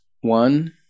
one